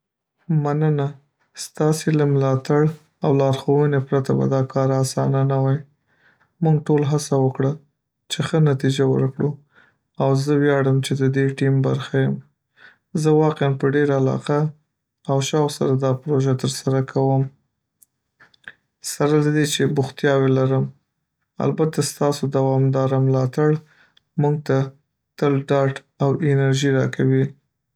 مننه! ستاسې له ملاتړ او لارښوونې پرته به دا کار اسانه نه وای. موږ ټول هڅه وکړه چې ښه نتیجه ورکړو، او زه ویاړم چې د دې ټیم برخه یم. زه واقعاً په ډېره علاقه او شوق سره دا پروژه ترسره کوم، سره له دې چې بوختیاوې لرم. البته، ستاسو دوامداره ملاتړ موږ ته تل ډاډ او انرژي راکوي.